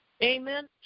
Amen